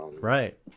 Right